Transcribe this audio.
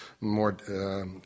more